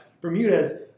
Bermudez